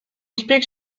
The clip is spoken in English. speaks